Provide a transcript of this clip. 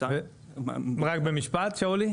רק במשפט, שאולי.